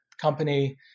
company